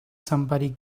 somebody